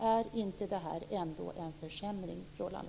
Är inte det en försämring, Roland